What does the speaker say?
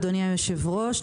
אדוני היושב-ראש,